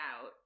out